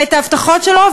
ואת ההבטחות שלו,